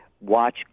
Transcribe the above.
watch